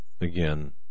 again